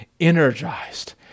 energized